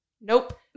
Nope